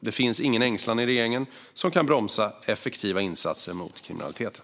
Det finns ingen ängslan i regeringen som kan bromsa effektiva insatser mot kriminaliteten.